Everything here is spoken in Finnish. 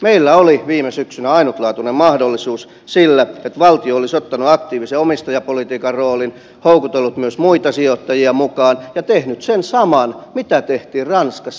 meillä oli viime syksynä ainutlaatuinen mahdollisuus siihen että valtio olisi ottanut aktiivisen omistajapolitiikan roolin houkutellut myös muita sijoittajia mukaan ja tehnyt sen saman mitä tehtiin ranskassa